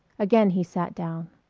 again he sat down.